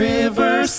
River